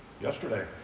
yesterday